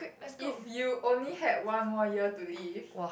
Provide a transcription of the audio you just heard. if you only had one more year to live